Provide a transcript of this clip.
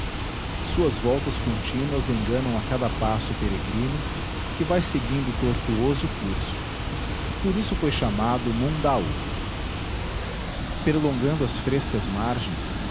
suas voltas contínuas enganam a cada passo o peregrino que vai seguindo o tortuoso curso por isso foi chamado mundaú perlongando as frescas margens